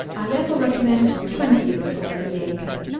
i therefore recommended twenty bushels to the acre.